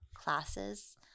classes